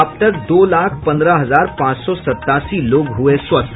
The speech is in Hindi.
अब तक दो लाख पंद्रह हजार पांच सौ सतासी लोग हुए स्वस्थ